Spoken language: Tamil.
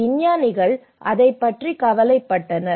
விஞ்ஞானிகள் அதைப் பற்றி கவலைப்பட்டனர்